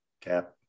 Cap